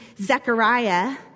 Zechariah